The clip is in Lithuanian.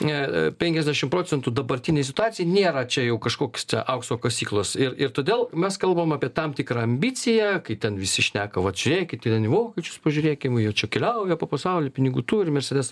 ne penkiasdešimt procentų dabartinėj situacijoj nėra čia jau kažkoks cia aukso kasyklos ir ir todėl mes kalbam apie tam tikrą ambiciją kai ten visi šneka vat žiūrėkit vieni vokiečius pažiūrėkim jau čia keliauja po pasaulį pinigų turim iš savęs